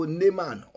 neman